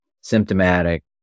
symptomatic